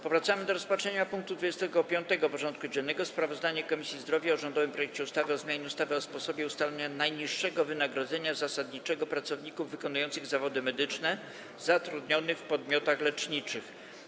Powracamy do rozpatrzenia punktu 25. porządku dziennego: Sprawozdanie Komisji Zdrowia o rządowym projekcie ustawy o zmianie ustawy o sposobie ustalania najniższego wynagrodzenia zasadniczego pracowników wykonujących zawody medyczne zatrudnionych w podmiotach leczniczych.